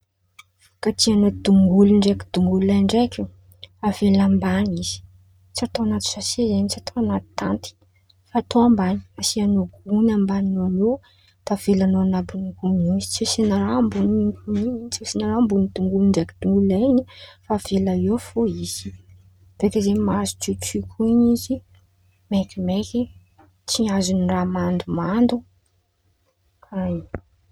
Fikajian̈a dongolo ndraiky dongololay ndraiky, avela amban̈y izy tsy atao an̈aty sase, tsy atao an̈aty tanty fa atao amban̈y, asian̈a gon̈y amban̈in̈any eo de avelan̈ao ambon̈y gon̈y eo izy tsy asian̈a raha ambon̈iny gon̈y in̈y tsy asian̈a raha ambon̈iny dongolo ndraiky dongololay in̈y fa avelao eo fo izy beka zen̈y mahazo tsiotsiko in̈y izy, maikimaiky tsy azon-draha mandomando, karàha in̈y.